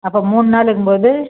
அப்போ மூணு நாளுங்கும்போது